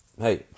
Hey